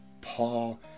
Paul